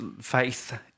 faith